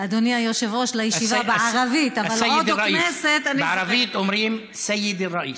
אדוני יושב-ראש הישיבה, בערבית, סיידי א-ראיס.